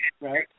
right